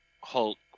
Hulk